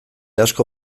asko